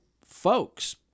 folks